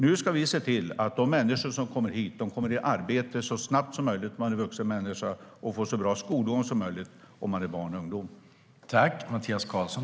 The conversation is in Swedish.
Ni ska vi se till att de människor som kommer hit kommer i arbete så snabbt som möjligt, när man är vuxen människa, och får så bra skolgång som möjligt, om man är barn eller ungdom.